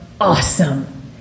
awesome